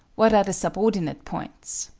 what are the subordinate points?